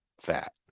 fat